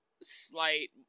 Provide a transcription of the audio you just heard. slight